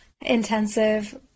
intensive